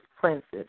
princes